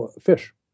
fish